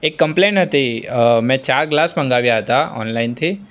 એક કંમ્પ્લેઇન હતી મેં ચાર ગ્લાસ મંગાવ્યા હતા ઓનલાઈનથી